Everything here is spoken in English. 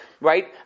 right